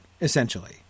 essentially